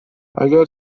اگر